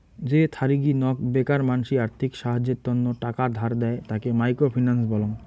যে থারিগী নক বেকার মানসি আর্থিক সাহায্যের তন্ন টাকা ধার দেয়, তাকে মাইক্রো ফিন্যান্স বলং